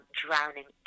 drowning